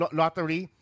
lottery